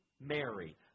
Mary